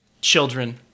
Children